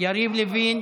יריב לוין.